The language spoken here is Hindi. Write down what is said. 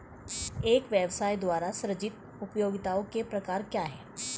एक व्यवसाय द्वारा सृजित उपयोगिताओं के प्रकार क्या हैं?